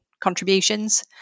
contributions